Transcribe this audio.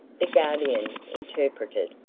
the guardian interpreted,